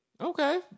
Okay